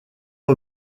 pas